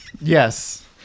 Yes